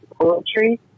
poetry